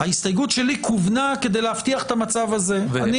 ההסתייגות שלי כוונה כדי להבטיח את המצב כדי להבטיח את המצב הזה.